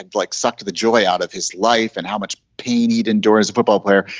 like, sucked the joy out of his life and how much tainted indoors a football player.